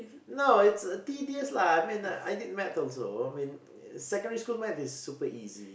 no it's no it's tedious lah I mean I did maths also secondary maths is super easy